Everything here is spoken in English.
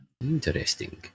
Interesting